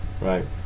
Right